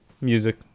music